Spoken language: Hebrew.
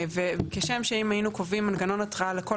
וכשם שאם היינו קובעים מנגנון התראה לכל